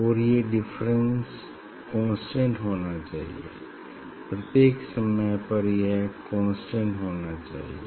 और ये difference constant होना चाहिए प्रत्येक समय यह कांस्टेंट होना चाहिए